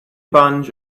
bunch